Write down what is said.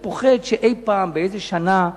אני פוחד שאי-פעם, באיזו שנה,